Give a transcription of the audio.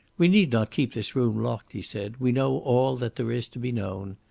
we need not keep this room locked, he said. we know all that there is to be known.